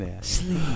Sleep